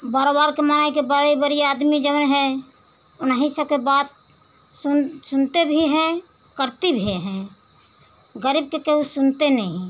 बारोबार के माने के बड़े बड़े आदमी जौन हैं उन्हीं सबकी बात सुन सुनते भी हैं करते भी हैं गरीब की कोई सुनते नहीं हैं